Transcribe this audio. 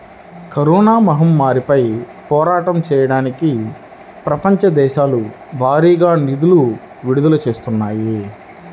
corona మహమ్మారిపై పోరాటం చెయ్యడానికి ప్రపంచ దేశాలు భారీగా నిధులను విడుదల చేత్తన్నాయి